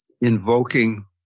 invoking